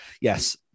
yes